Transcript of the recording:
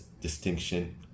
distinction